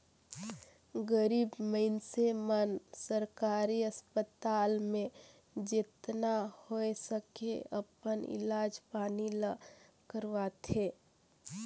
गरीब मइनसे मन सरकारी अस्पताल में जेतना होए सके अपन इलाज पानी ल करवाथें